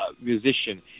musician